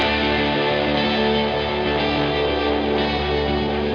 and